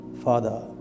Father